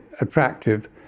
attractive